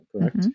correct